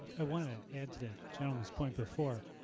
i want to add to the gentleman's point before.